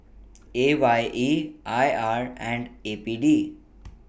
A Y E I R and A P D